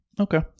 Okay